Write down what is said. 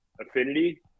Affinity